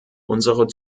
unsere